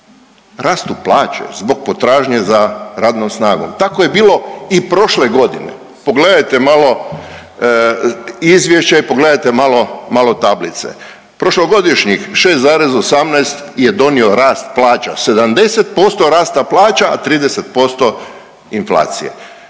Rastu plaće zbog potražnje za radnom snagom. Tako je bilo i prošle godine. Pogledajte malo izvješća i pogledajte malo tablice. Prošlogodišnjih 6,18 je donio rast plaća. 70% rasta plaća, a 30% inflacije.